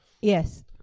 Yes